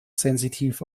sensitiv